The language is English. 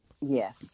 Yes